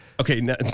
Okay